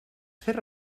fer